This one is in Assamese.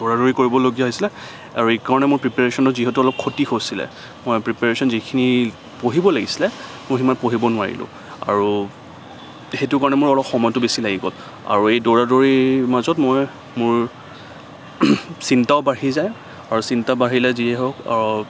দৌৰা দৌৰি কৰিবলগীয়া হৈছিলে আৰু এইকাৰণে মোৰ প্ৰিপীয়েৰেচনো যিহেতু অলপ খতি হৈছিলে মই প্ৰিপীয়েৰেচন যিখিনি পঢ়িব লাগিছিলে মই সিমান পঢ়িব নোৱাৰিলোঁ আৰু সেইটো কাৰণে মোৰ অলপ সময়তো বেছি লাগি গ'ল আৰু এই দৌৰা দৌৰিৰ মাজত মই মোৰ চিন্তাও বাঢ়ি যায় আৰু চিন্তা বাঢ়িলে যি হওঁক